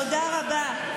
תודה רבה.